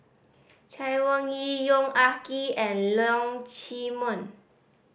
Chay Weng Yew Yong Ah Kee and Leong Chee Mun